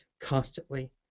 constantly